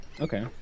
Okay